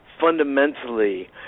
fundamentally